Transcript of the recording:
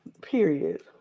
Period